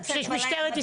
מי מפחד לצאת בלילה?